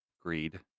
greed